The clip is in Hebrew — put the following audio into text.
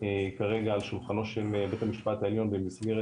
כרגע על שולחנו של בית המשפט העליון במסגרת